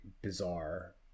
bizarre